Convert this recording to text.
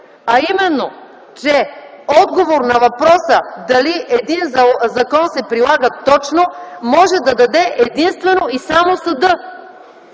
а именно, че отговор на въпроса, дали един закон се прилага точно, може да даде единствено и само съдът,